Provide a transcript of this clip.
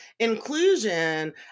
Inclusion